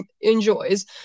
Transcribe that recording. enjoys